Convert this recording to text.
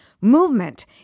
Movement